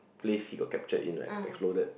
place he got captured in right exploded